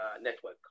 network